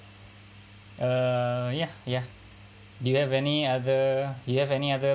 uh ya ya do you have any other you have any other